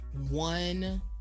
One